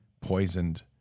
poisoned